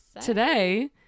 today